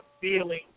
feeling